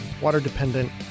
water-dependent